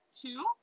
Two